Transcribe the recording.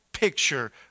picture